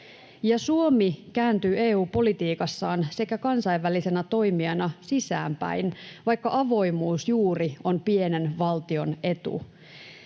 Suomi kääntyy EU-politiikassaan sekä kansainvälisenä toimijana sisäänpäin, vaikka avoimuus juuri on pienen valtion etu.